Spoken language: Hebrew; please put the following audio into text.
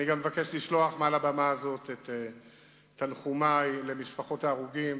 אני גם מבקש לשלוח מעל הבמה הזאת את תנחומי למשפחות ההרוגים,